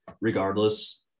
regardless